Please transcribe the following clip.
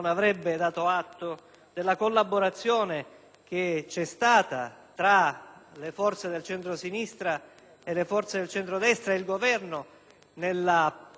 della collaborazione che c'è stata tra le forze del centrosinistra, le forze del centro-destra e il Governo nell'approvazione